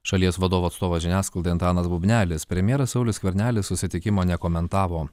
šalies vadovo atstovas žiniasklaidai antanas bubnelis premjeras saulius skvernelis susitikimo nekomentavo